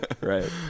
right